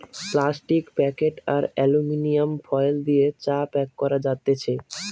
plastic packet আর aluminium foil দিয়ে চা প্যাক করা যাতেছে